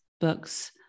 books